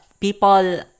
people